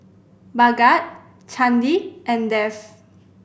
Bhagat Chandi and Dev